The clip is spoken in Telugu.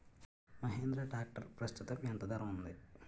మహీంద్రా ట్రాక్టర్ ప్రస్తుతం ఎంత ధర ఉంది?